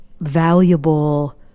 valuable